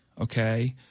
okay